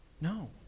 No